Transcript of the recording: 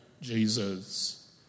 Jesus